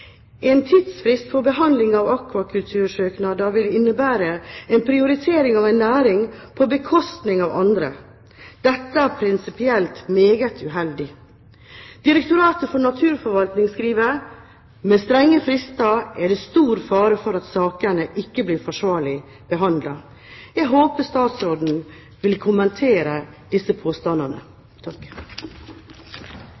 tidsfrist for behandling av akvakultursøknader vil innebære en prioritering av én næring på bekostning av andre . Dette er prinsipielt meget uheldig.» Direktoratet for naturforvaltning skriver: «Med strenge frister er det stor fare for at sakene ikke blir forsvarlig behandlet.» Jeg håper statsråden vil kommentere disse påstandene.